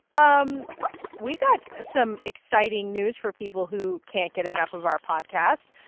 um we've got some exciting news for people who can't get enough of our podcast.